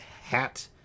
hat